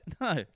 no